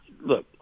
Look